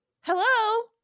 Hello